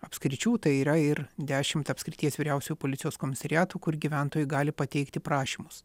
apskričių tai yra ir dešimt apskrities vyriausiojo policijos komisariatų kur gyventojai gali pateikti prašymus